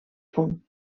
punt